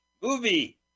movie